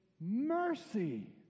mercy